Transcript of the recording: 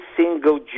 single